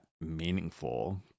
meaningful